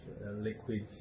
liquids